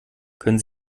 können